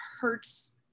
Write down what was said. hurts